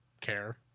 care